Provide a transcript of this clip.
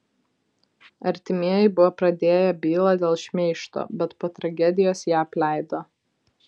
artimieji buvo pradėję bylą dėl šmeižto bet po tragedijos ją apleido